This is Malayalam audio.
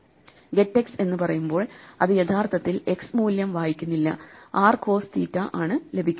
get x എന്ന് പറയുമ്പോൾ അത് യഥാർത്ഥത്തിൽ x മൂല്യം വായിക്കുന്നില്ല r കോസ് തീറ്റ ആണ് ലഭിക്കുക